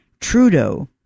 Trudeau